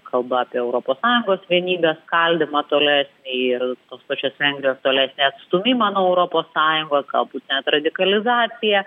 kalba apie europos sąjungos vienybės skaldymą tolesnį ir tos pačios vengrijos tolesnė atstūmimą nuo europos sąjungos gal būt net radikalizacija